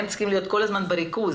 הן צריכות להיות כל הזמן בריכוז,